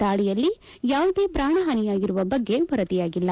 ದಾಳಿಯಲ್ಲಿ ಯಾವುದೇ ಪ್ರಾಣ ಹಾನಿಯಾಗಿರುವ ಬಗ್ಗೆ ವರದಿಯಾಗಿಲ್ಲ